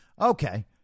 Okay